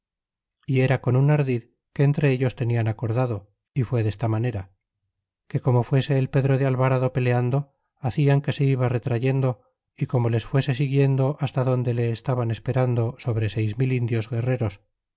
y era con un ardid que entre ellos tenían acordado y fue desta manera que como fuese el pedro de alvarado peleando hacian que se iban retrayendo y como les fuese siguiendo hasta adonde le estaban esperando sobre seis mil indios guerreros